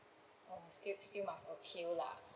oh still still must appeal lah